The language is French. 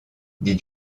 dit